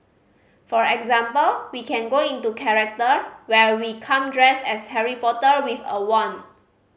for example we can go into character where we come dressed as Harry Potter with a wand